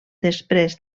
després